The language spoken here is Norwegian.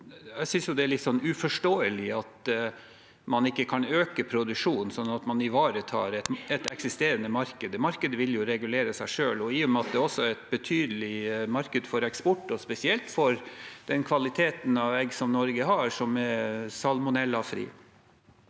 Jeg synes det er litt uforståelig at man ikke kan øke produksjonen sånn at man ivaretar et eksisterende marked. Markedet vil jo regulere seg selv, også i og med at det er et betydelig marked for eksport, spesielt med den eggkvaliteten Norge har, ved at de er salmonellafri.